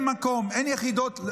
אין מקום, אין יחידות.